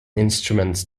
instruments